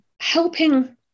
helping